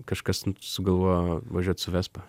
kažkas sugalvojo važiuot su vespa